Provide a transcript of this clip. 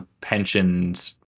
pensions